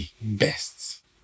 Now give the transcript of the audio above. best